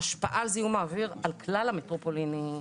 ההשפעה על זיהום האוויר על כלל המטרופולין היא מהותית.